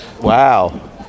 Wow